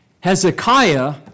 Hezekiah